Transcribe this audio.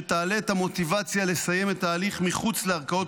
שתעלה את המוטיבציה לסיים את ההליך מחוץ לערכאות